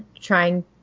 trying